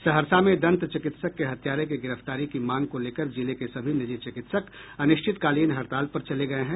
सहरसा में दंत चिकित्सक के हत्यारे की गिरफ्तारी की मांग को लेकर जिले के सभी निजी चिकित्सक अनिश्चितकालीन हड़ताल पर चले गये हैं